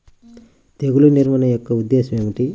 తెగులు నిర్వహణ యొక్క ఉద్దేశం ఏమిటి?